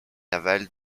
navals